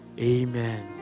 Amen